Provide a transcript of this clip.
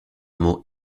mots